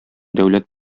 дәүләт